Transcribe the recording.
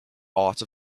art